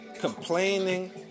Complaining